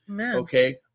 Okay